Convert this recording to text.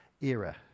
era